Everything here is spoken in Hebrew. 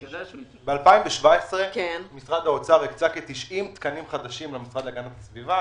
ב-2017 משרד האוצר הקצה כ-90 תקנים חדשים למשרד להגנת הסביבה.